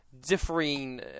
differing